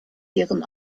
deren